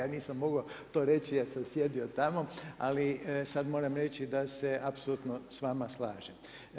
Ja nisam mogao to reći jer sam sjedio tamo, ali sad moramo reći da se apsolutno sa vama slažem.